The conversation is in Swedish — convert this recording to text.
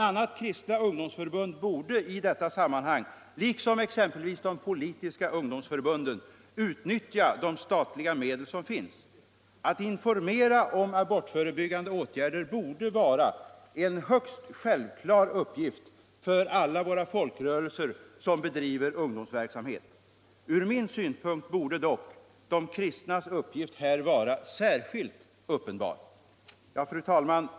a. kristna ungdomsförbund borde i detta sammanhang, liksom exempelvis de politiska ungdomsförbunden, utnyttja de statliga medel som finns. Att informera om abortförebyggande åtgärder borde vara en högst självklar uppgift för alla våra folkrörelser som bedriver ungdomsverksamhet. Ur min synpunkt borde dock de kristnas uppgift här vara särskilt uppenbar. Fru talman!